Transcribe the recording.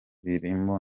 birimo